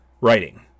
writing